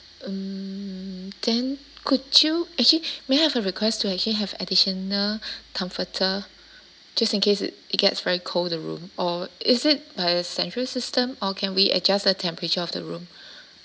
um then could you actually may I have a request to actually have additional comforter just in case it it gets very cold in the room or is it via central system or can we adjust the temperature of the room